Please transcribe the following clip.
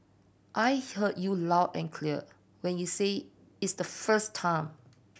I heard you loud and clear when you said it's the first time